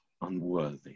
unworthy